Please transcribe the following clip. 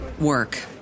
work